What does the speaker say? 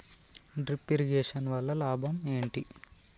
Drip irrigation వల్ల లాభం ఏంటి?